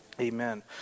Amen